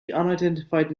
unidentified